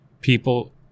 people